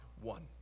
one